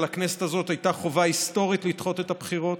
על הכנסת הזאת הייתה חובה היסטורית לדחות את הבחירות.